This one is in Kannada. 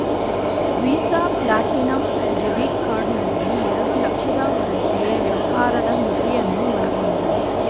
ವೀಸಾ ಪ್ಲಾಟಿನಮ್ ಡೆಬಿಟ್ ಕಾರ್ಡ್ ನಲ್ಲಿ ಎರಡು ಲಕ್ಷದವರೆಗೆ ವ್ಯವಹಾರದ ಮಿತಿಯನ್ನು ಒಳಗೊಂಡಿದೆ